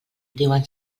diuen